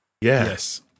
Yes